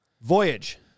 voyage